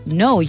no